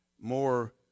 more